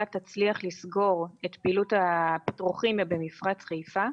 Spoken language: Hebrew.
תצליח לסגור את הפעילות הפטרוכימית במפרץ חיפה,